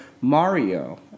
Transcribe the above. Mario